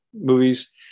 movies